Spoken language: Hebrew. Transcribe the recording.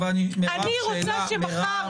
אני רוצה שמחר